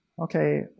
Okay